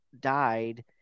died